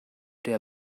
der